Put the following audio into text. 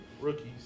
Rookies